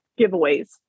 giveaways